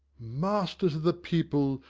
masters o' the people,